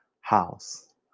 house